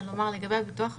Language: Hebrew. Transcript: לגבי הביטוח הלאומי,